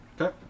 Okay